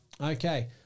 Okay